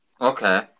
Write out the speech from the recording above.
Okay